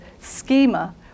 schema